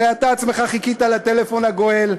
הרי אתה עצמך חיכית לטלפון הגואל,